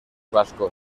vasco